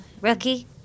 Rookie